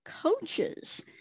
coaches